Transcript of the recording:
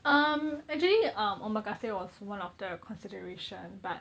um actually um omakase was one of the consideration but